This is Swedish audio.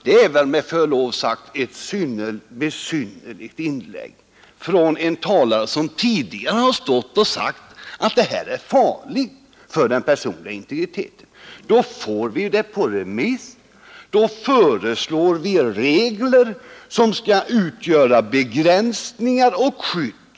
Det är väl med förlov sagt ett besynnerligt inlägg från en talare som tidigare har sagt att det här är farligt för den personliga integriteten. Vi fick alltså förslaget på remiss och förslag till regler för begränsningar och skydd.